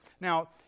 Now